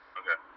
okay